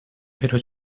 pero